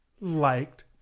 liked